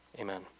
amen